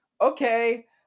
okay